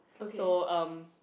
so um